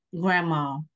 grandma